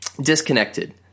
disconnected